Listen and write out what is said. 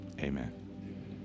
amen